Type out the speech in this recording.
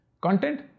Content